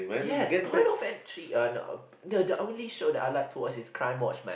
yes point of entry uh no the the only show that I like to watch is Crime Watch man